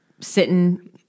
sitting